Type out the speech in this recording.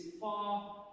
far